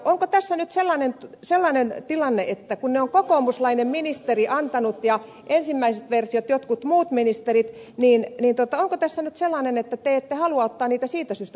onko tässä nyt sellainen tilanne että kun ne on kokoomuslainen ministeri antanut ja ensimmäiset versiot jotkut muut ministerit niin te ette halua ottaa niitä siitä syystä käyttöön